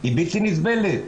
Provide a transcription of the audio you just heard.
היא בלתי נסבלת,